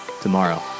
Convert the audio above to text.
tomorrow